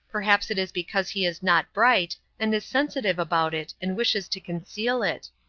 perhaps it is because he is not bright, and is sensitive about it and wishes to conceal it.